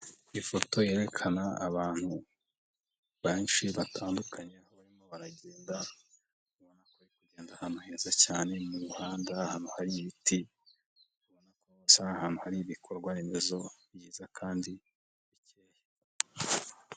Ifoto yerekana abantu benshi batandukanye, baragenda ahantu heza cyane mu muhanda ahantu hari ibiti, ndetse ni ahantu hari ibikorwa remezo byiza kandi bikeye.